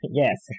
yes